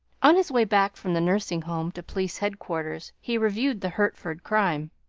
on his way back from the nursing home to police headquarters, he reviewed the hertford crime.